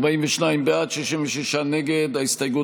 רגילים לראות אותך כאן ועכשיו אתה בשטח.